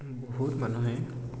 বহুত মানুহে